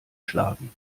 schlagen